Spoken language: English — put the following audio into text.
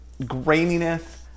graininess